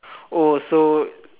oh so